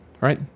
right